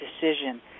decision